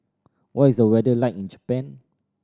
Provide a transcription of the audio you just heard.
what is the weather like in Japan